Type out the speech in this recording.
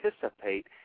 participate